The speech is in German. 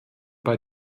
bei